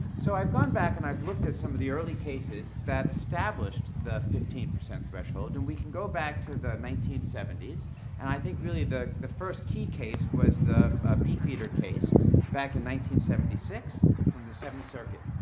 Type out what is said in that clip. so i've gone back and i've looked at some of the early cases that established the fifteen percent threshold. and we can go back to the nineteen seventy s and i think, really, the the first key case was the beefeater case back in one seventy six from the seventh circuit.